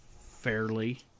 fairly